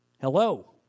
Hello